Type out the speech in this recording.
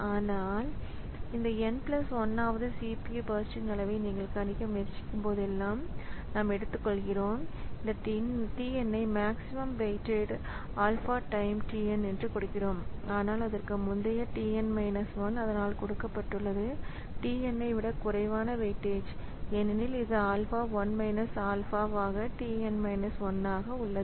ஆனால் இந்த n 1 வது CPU பர்ஸ்ட் ன் அளவை நீங்கள் கணிக்க முயற்சிக்கும்போதெல்லாம் நாம் எடுத்துக்கொள்கிறோம் இந்த tn ஐ maximum weight alpha time tn என்று கொடுக்கிறோம் ஆனால் அதற்கு முந்தைய tn 1 அதனால் கொடுக்கப்பட்டுள்ளது tn ஐ விட குறைவான வெயிட்டேஜ் ஏனெனில் இது ஆல்பா 1 ஆல்பாவாக tn 1 ஆக உள்ளது